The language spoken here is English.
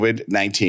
COVID-19